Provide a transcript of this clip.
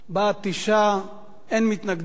בעד, 9, אין מתנגדים.